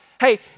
Hey